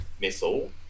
missile